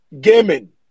Gaming